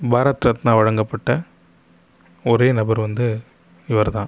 பாரத் ரத்னா வழங்கப்பட்ட ஒரே நபர் வந்து இவர்தான்